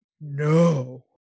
No